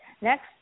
next